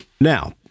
Now